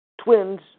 Twins